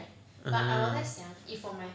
ah